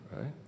Right